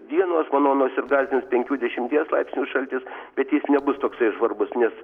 dienos manau nors ir gąsdins penkių dešimties laipsnių šaltis bet jis nebus toksai žvarbus nes